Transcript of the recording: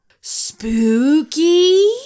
Spooky